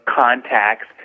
contacts